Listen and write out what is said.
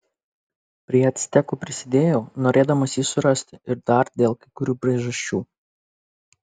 prie actekų prisidėjau norėdamas jį surasti ir dar dėl kai kurių priežasčių